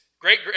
great